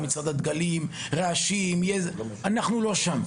יש את מצעד הדגלים ויהיו רעשים, אבל אנחנו לא שם.